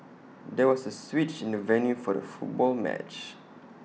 there was A switch in the venue for the football match